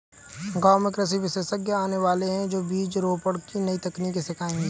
गांव में कृषि विशेषज्ञ आने वाले है, जो बीज रोपण की नई तकनीक सिखाएंगे